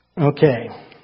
Okay